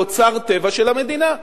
באוצר טבע של המדינה.